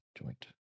joint